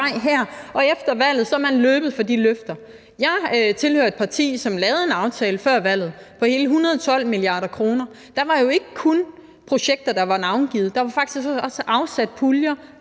Og efter valget er man løbet fra de løfter. Jeg tilhører et parti, som lavede en aftale før valget om hele 112 mia. kr. Der var jo ikke kun projekter, der var navngivet; der var faktisk også afsat puljer